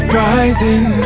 rising